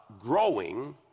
growing